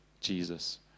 Jesus